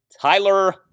Tyler